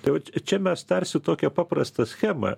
tai vat čia mes tarsi tokią paprastą schemą